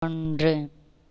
ஒன்று